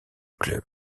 club